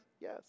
Yes